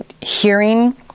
hearing